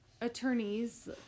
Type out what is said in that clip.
attorneys